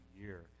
year